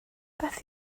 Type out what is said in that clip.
beth